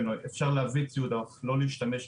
שאפשר יהיה להביא ציוד שאי אפשר יהיה להשתמש בו.